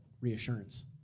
reassurance